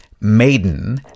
Maiden